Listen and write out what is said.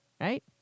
right